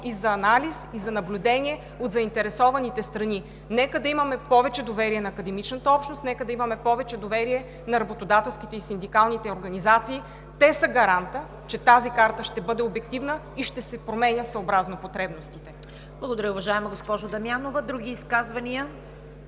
за анализ и за наблюдение от заинтересованите страни. Нека да имаме повече доверие на академичната общност, нека да имаме повече доверие на работодателските и синдикалните организации. Те са гарант, че тази карта ще бъде обективна и ще се променя съобразно потребностите. ПРЕДСЕДАТЕЛ ЦВЕТА КАРАЯНЧЕВА: Благодаря, уважаема госпожо Дамянова. Други изказвания?